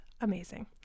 amazing